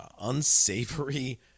unsavory